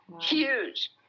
huge